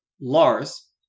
Lars